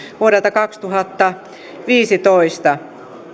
vuodelta kaksituhattaviisitoista